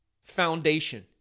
foundation